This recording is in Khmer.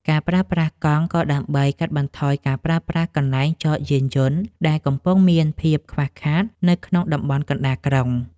ការប្រើប្រាស់កង់ ក៏ដើម្បីកាត់បន្ថយការប្រើប្រាស់កន្លែងចតយានយន្ត ដែលកំពុងមានភាពខ្វះខាតនៅក្នុងតំបន់កណ្ដាលក្រុង។